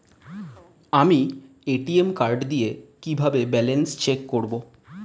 আমি ATM card দিয়ে কিভাবে ব্যালেন্স চেক করব?